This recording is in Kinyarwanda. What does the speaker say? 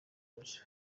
bibazo